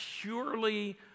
purely